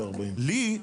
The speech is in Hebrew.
לי,